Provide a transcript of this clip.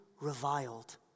reviled